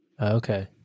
Okay